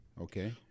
Okay